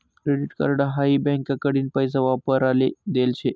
credit card हाई बँकाकडीन पैसा वापराले देल शे